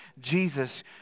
Jesus